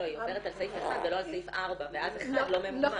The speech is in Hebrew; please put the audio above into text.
היא עוברת על סעיף 1 ולא על סעיף 4 ואז 1 לא ממומן.